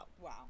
Wow